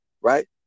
right